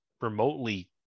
remotely